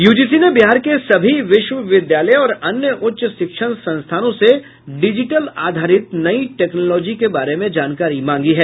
UGC ने बिहार के सभी विश्वविद्यालय और अन्य उच्च शिक्षण संस्थानों से डिजिटल आधारित नई टेक्नोलॉजी के बारे में जानकारी मांगी है